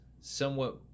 somewhat